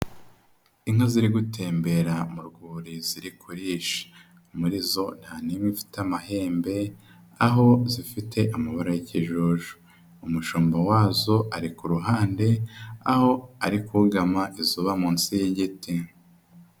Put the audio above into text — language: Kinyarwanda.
Inka ziri gutembera mu rwuri ziri kurisha muri zo nta n'imwe ifite amahembe, aho zifite amabara y'ikijuju. Umushumba wazo ari ku ruhande aho ari kugama izuba munsi y'igiti.